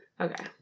okay